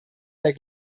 der